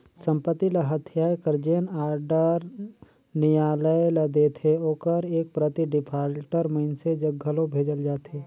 संपत्ति ल हथियाए कर जेन आडर नियालय ल देथे ओकर एक प्रति डिफाल्टर मइनसे जग घलो भेजल जाथे